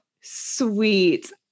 sweet